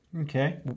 Okay